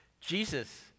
Jesus